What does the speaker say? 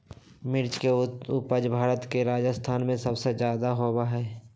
मिर्च के उपज भारत में राजस्थान में सबसे ज्यादा होबा हई